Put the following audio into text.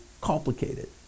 complicated